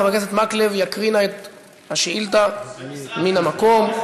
חבר הכנסת מקלב יקריא נא את השאילתה מן המקום.